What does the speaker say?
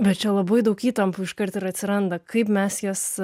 bet čia labai daug įtampų iškart ir atsiranda kaip mes jas